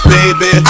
Baby